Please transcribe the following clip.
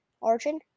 Origin